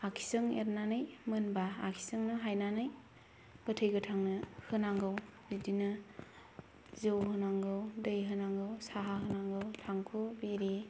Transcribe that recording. आगसिजों एरनानै मोनबा आगसिजोंनो हायनानै गोथै गोथांनो होनांगौ बिदिनो जौ होनांगौ दै होनांगौ साहा होनांगौ थांखु बिरि